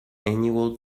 annual